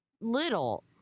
little